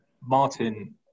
Martin